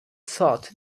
thought